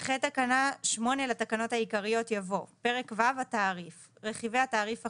אחרי תקנה 8 לתקנות העיקריות יבוא: רכיבי התעריף החודשי.